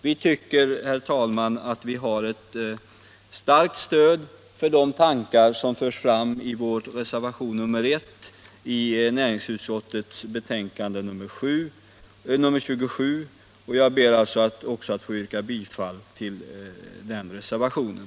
— Vi tycker att vi har ett starkt stöd för de tankar som förs fram i reservation nr 1 i näringsutskottets betänkande nr 27. Jag ber att få yrka bifall till den reservationen.